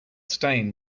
stain